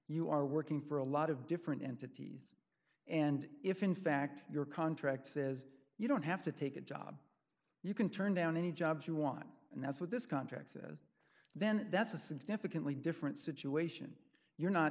you are working for a lot of different entities and if in fact your contract says you don't have to take a job you can turn down any jobs you want and that's what this contract says then that's a significantly different situation you're not